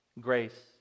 Grace